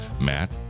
Matt